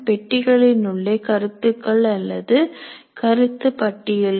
பெட்டிகளில் உள்ளே கருத்துக்கள் அல்லது கருத்து பட்டியல்கள்